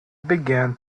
began